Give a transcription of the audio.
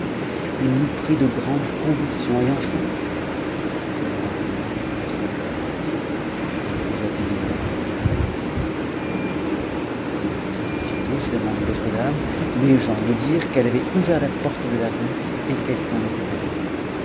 il lui prit de grandes convulsions et enfin elle rendit l'âme entre mes bras tandis que j'appelais du monde pour m'aider à la secourir je sors aussitôt je demande l'autre dame mes gens me dirent qu'elle avait ouvert la porte de la rue et qu'elle s'en était allée